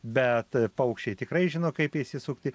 bet paukščiai tikrai žino kaip išsisukti